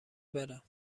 برم